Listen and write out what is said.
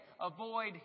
Avoid